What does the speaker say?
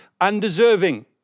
undeserving